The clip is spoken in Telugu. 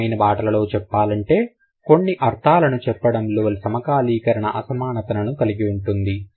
సులభమైన మాటలలో చెప్పాలంటే కొన్ని అర్థాలను చెప్పడంలో సమకాలీకరణ అసమానతలు కలిగి ఉంటుంది